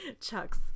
Chuck's